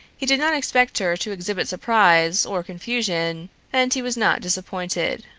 he did not expect her to exhibit surprise or confusion and he was not disappointed.